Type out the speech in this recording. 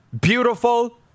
beautiful